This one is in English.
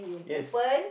yes